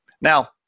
Now